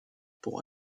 pour